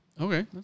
Okay